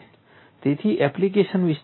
તેથી એપ્લિકેશન વિસ્તારો અલગ છે